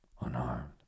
unharmed